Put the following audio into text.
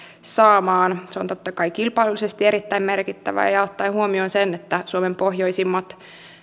saamaan se on totta kai kilpailullisesti erittäin merkittävä ottaen huomioon sen että suomen pohjoisimmat